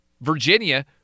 Virginia